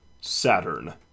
Saturn